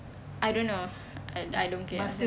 I don't know I I don't care